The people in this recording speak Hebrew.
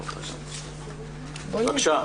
בוקר